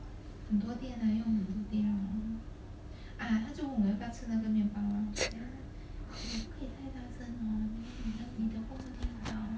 就没有 better than me either